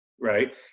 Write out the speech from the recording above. right